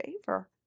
favor